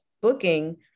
booking